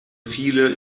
viele